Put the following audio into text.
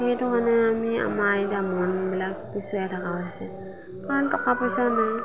সেইটো কাৰনে আমি আমাৰ এতিয়া মনবিলাক পিছুৱাই থকা হৈছে কাৰণ টকা পইচা নাই